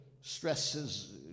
stresses